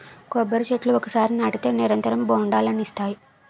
కొబ్బరి చెట్లు ఒకసారి నాటితే నిరంతరం బొండాలనిస్తాయి